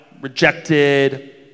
Rejected